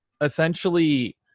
essentially